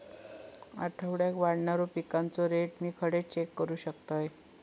आठवड्याक वाढणारो पिकांचो रेट मी खडे चेक करू शकतय?